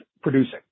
producing